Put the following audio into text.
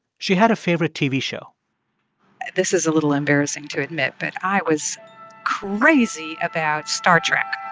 she had a favorite tv show this is a little embarrassing to admit, but i was crazy about star trek.